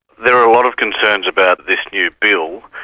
there are a lot of concerns about this new bill.